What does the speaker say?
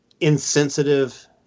insensitive